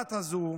המרושעת הזו,